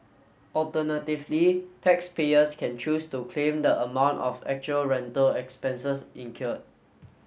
alternatively taxpayers can choose to claim the amount of actual rental expenses incurred